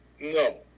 No